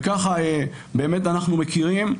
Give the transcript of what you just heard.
וכך באמת אנחנו מכירים.